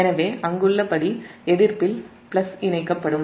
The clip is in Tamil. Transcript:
எனவே அங்குள்ளபடி எதிர்ப்பில் பிளஸ் இணைக்கப்படும்